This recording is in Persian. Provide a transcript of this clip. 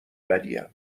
بدیم